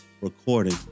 recording